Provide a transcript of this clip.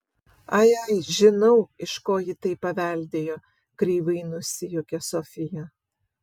ai ai žinau iš ko ji tai paveldėjo kreivai nusijuokė sofija